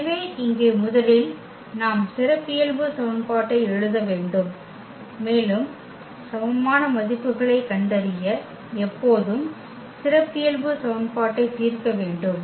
எனவே இங்கே முதலில் நாம் சிறப்பியல்பு சமன்பாட்டை எழுத வேண்டும் மேலும் சமமான மதிப்புகளைக் கண்டறிய எப்போதும் சிறப்பியல்பு சமன்பாட்டை தீர்க்க வேண்டும்